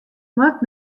moat